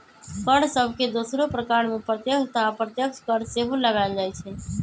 कर सभके दोसरो प्रकार में प्रत्यक्ष तथा अप्रत्यक्ष कर सेहो लगाएल जाइ छइ